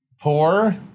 Poor